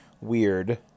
weird